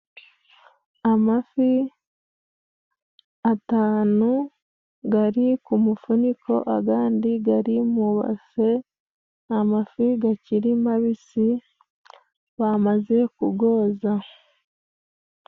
Amafi atanu gari ku mufuniko agandi gari mu ibase， amafi gakiri mabisi bamaze kugoza.